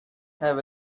have